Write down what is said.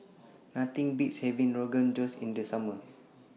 Nothing Beats having Rogan Josh in The Summer